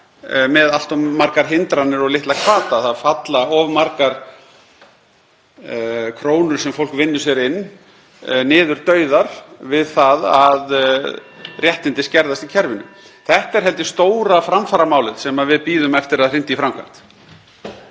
með allt of margar hindranir og litla hvata. Það falla of margar krónur sem fólk vinnur sér inn niður dauðar við það að réttindin skerðast í kerfinu. Þetta er, held ég, stóra framfaramálið sem við bíðum eftir að hrinda í framkvæmd.